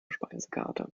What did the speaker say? speisekarte